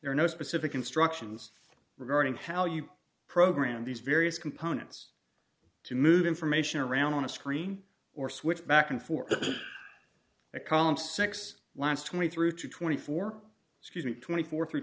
there are no specific instructions regarding how you program these various components to move information around on a screen or switch back and forth a column six last me through to twenty four excuse me twenty four thr